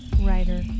writer